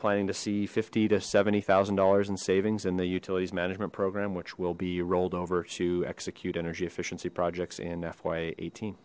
planning to see fifty to seventy thousand dollars in savings in the utilities management program which will be rolled over to execute energy efficiency projects in fy eighteen